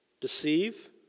deceive